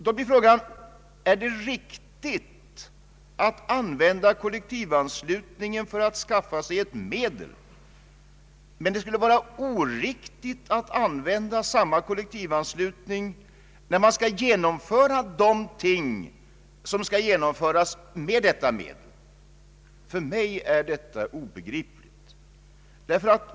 Då blir frågan: Är det riktigt att använda kollektivanslutningen för att skaffa sig ett medel, medan det skulle vara oriktigt att använda samma kollektivanslutning när man skall genomföra något med detta medel? För mig är detta obegripligt.